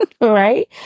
right